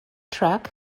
truck